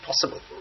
possible